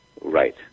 Right